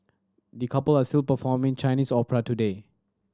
the couple are still performing Chinese opera today